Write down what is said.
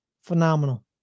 Phenomenal